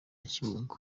kibungo